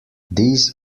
these